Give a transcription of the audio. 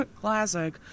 Classic